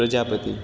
Prajapati